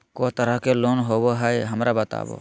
को तरह के लोन होवे हय, हमरा बताबो?